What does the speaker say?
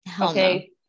Okay